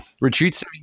Retreats